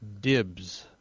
Dibs